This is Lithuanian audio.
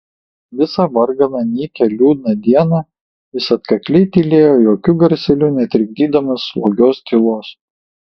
visą varganą nykią liūdną dieną jis atkakliai tylėjo jokiu garseliu netrikdydamas slogios tylos